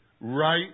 right